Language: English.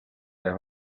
her